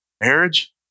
Marriage